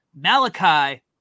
Malachi